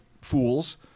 fools